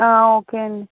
ఆ ఓకే అండి